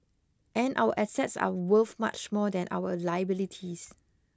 and our assets are worth much more than our liabilities